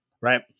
right